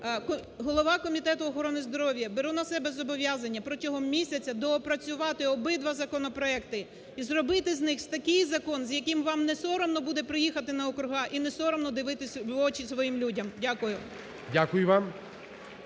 Голова Комітету охорони здоров'я беру на себе зобов’язання протягом місяця доопрацювати обидва законопроекти і зробити з них такий закон, з яким вам не соромно буде приїхати на округи і не соромно дивитись в очі своїм людям. Дякую.